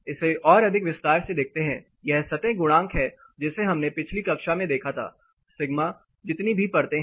इसे और अधिक विस्तार से देखते हैं यह सतह गुणांक है जिसे हमने पिछली कक्षा में देखा था सिग्मा Σ जितनी भी परतें हैं